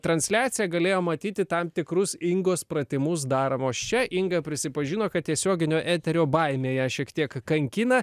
transliaciją galėjo matyti tam tikrus ingos pratimus daromos čia inga prisipažino kad tiesioginio eterio baimė ją šiek tiek kankina